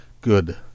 good